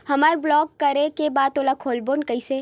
हमर ब्लॉक करे के बाद ओला खोलवाबो कइसे?